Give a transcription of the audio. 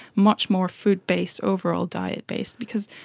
much more food based, overall diet based because,